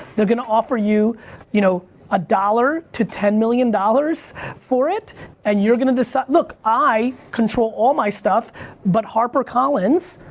they're gonna offer you you know a dollar to ten million dollars for it and you're gonna decide, look, i control all my stuff but harper collins,